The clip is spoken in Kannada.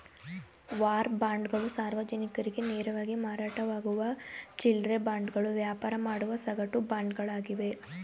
ವಾರ್ ಬಾಂಡ್ಗಳು ಸಾರ್ವಜನಿಕರಿಗೆ ನೇರವಾಗಿ ಮಾರಾಟವಾಗುವ ಚಿಲ್ಲ್ರೆ ಬಾಂಡ್ಗಳು ವ್ಯಾಪಾರ ಮಾಡುವ ಸಗಟು ಬಾಂಡ್ಗಳಾಗಿವೆ